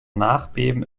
nachbeben